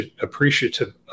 appreciative